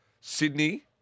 Sydney